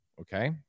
Okay